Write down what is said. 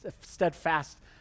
steadfast